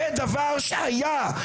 זה דבר שהיה,